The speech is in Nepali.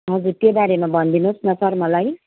हजुर त्यो बारेमा भनिदिनुहोस् न सर मलाई